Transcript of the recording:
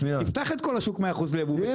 תפתח את השוק 100% ליבוא ותראה.